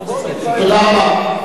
תודה רבה.